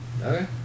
Okay